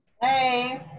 Hey